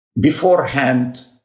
beforehand